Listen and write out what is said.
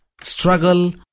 struggle